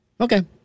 Okay